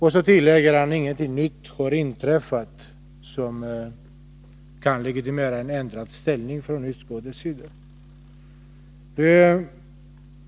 Han tillägger i det sammanhanget att ingenting nytt har inträffat som motiverar ett ändrat ställningstagande från utskottets sida.